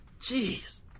Jeez